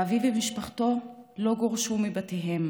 ואביו ומשפחתו לא גורשו מבתיהם